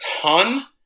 ton